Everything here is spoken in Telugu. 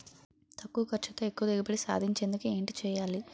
తక్కువ ఖర్చుతో ఎక్కువ దిగుబడి సాధించేందుకు ఏంటి చేయాలి?